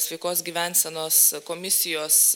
sveikos gyvensenos komisijos